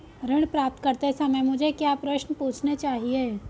ऋण प्राप्त करते समय मुझे क्या प्रश्न पूछने चाहिए?